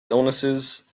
illnesses